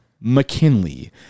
McKinley